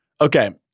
Okay